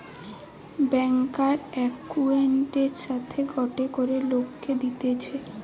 ব্যাংকার একউন্টের সাথে গটে করে লোককে দিতেছে